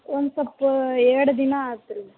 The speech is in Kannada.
ಎರಡು ದಿನ ಆತು ರೀ